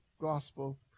gospel